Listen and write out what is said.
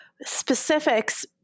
specifics